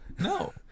No